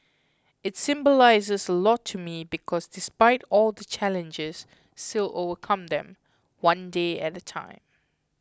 it symbolises a lot to me because despite all the challenges still overcome them one day at a time